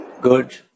Good